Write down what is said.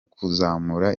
kuzamura